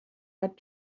had